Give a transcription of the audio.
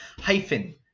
hyphen